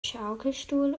schaukelstuhl